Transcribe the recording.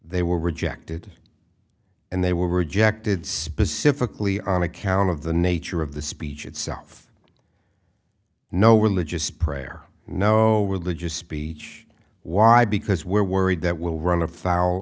they were rejected and they were rejected specifically on account of the nature of the speech itself no religious prayer no religious speech why because we're worried that we'll run a